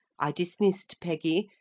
i dismissed peggy,